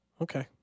Okay